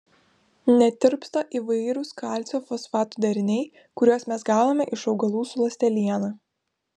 netirpsta įvairūs kalcio fosfatų deriniai kuriuos mes gauname iš augalų su ląsteliena